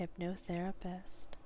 hypnotherapist